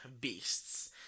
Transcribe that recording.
beasts